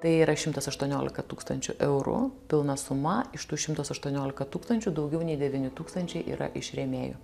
tai yra šimtas aštuoniolika tūkstančių eurų pilna suma iš tų šimtas aštuoniolika tūkstančių daugiau nei devyni tūkstančiai yra iš rėmėjų